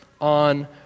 on